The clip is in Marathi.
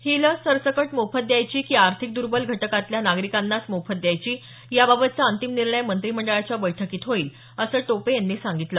ही लस सरसकट मोफत द्यायची की आर्थिक दुर्बल घटकांतल्या नागरिकांनाच मोफत द्यायची याबाबतचा अंतिम निर्णय मंत्रिमंडळाच्या बैठकीत होईल असं टोपे यांनी सांगितलं